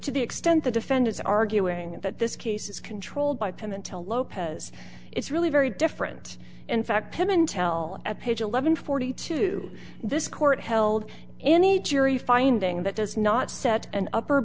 to the extent the defendants arguing that this case is controlled by pimentel lopez it's really very different in fact pittman tell at page eleven forty two this court held any jury finding that does not set an upper